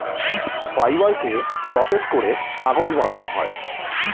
ফাইবারকে প্রসেস করে কাগজ বানানো হয়